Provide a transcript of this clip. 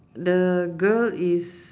the girl is